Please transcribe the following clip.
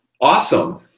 awesome